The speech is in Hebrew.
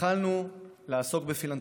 התחלנו לעסוק בפילנתרופיה.